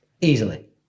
Easily